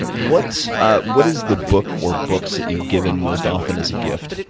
what ah what is the book or books that you've given most often as a gift,